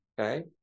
okay